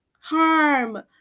harm